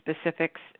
specifics